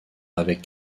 avec